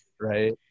Right